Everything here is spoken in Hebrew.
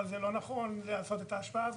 אבל זה לא נכון לעשות את ההשוואה הזאת.